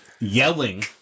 yelling